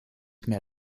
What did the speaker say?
mehr